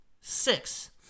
Six